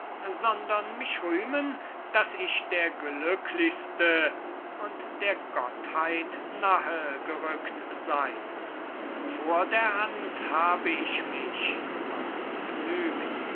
sondern mich rühmen daß ich der glücklichste und der gottheit nahe gerückt sei vor der hand habe ich mich was genügt